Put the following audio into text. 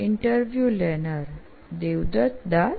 interview લેનાર દેવદત દાસ